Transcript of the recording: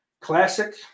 Classic